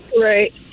Right